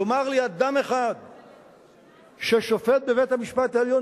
יאמר לי אדם ששופט אחד בבית-המשפט העליון